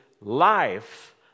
life